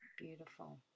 Beautiful